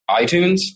iTunes